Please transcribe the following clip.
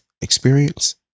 experience